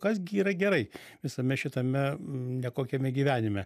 kas gi yra gerai visame šitame nekokiame gyvenime